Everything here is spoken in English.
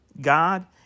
God